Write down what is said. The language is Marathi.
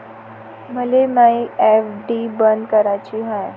मले मायी एफ.डी बंद कराची हाय